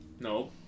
No